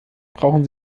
brauchen